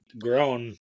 grown